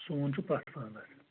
سون چھُ پَتھ پَہمَتھ